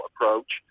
approach